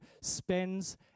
spends